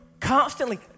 Constantly